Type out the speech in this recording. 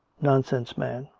nonsense, man!